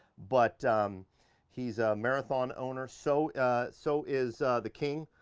but he's a marathon owner. so so is the king,